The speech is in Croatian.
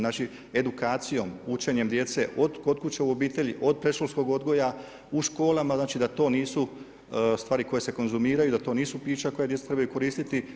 Znači edukacijom, učenje djece od kod kuće u obitelji, od predškolskog odgoja, u školama znači da to nisu stvari koje se konzumiraju i da to nisu pića koja djeca trebaju koristiti.